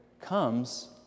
comes